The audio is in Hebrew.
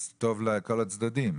אז טוב לכל הצדדים,